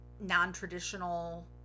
non-traditional